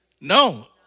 No